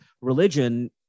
religion